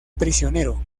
prisionero